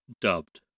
dubbed